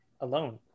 alone